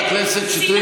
חברת הכנסת שטרית.